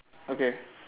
okay